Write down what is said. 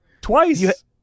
Twice